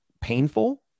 painful